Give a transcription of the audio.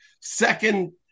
Second